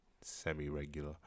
semi-regular